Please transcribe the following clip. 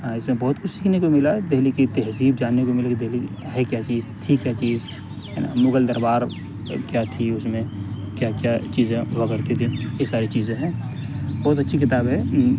اس میں بہت کچھ سیکھنے کو ملا دہلی کی تہذیب جاننے کو مل گئی دہلی ہے کیا چیز تھی کیا چیز مغل دربار کیا تھی اس میں کیا کیا چیزیں ہوا کرتی تھی یہ ساری چیزیں ہیں بہت اچھی کتاب ہے